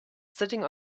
sitting